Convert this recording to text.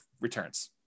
returns